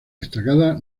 destacada